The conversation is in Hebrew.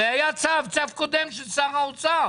הרי היה צו קודם של שר האוצר.